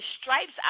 stripes